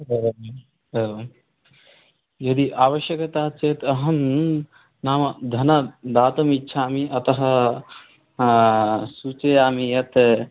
तदपि एवं यदि आवश्यकता चेत् अहं नाम धनं दातुम् इच्छामि अतः सूचयामि यत्